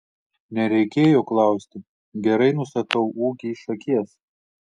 nereikėjo klausti gerai nustatau ūgį iš akies